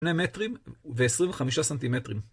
2 מטרים ו-25 סנטימטרים.